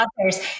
authors